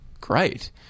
great